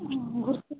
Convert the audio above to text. ও ঘুরতে